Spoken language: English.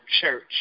church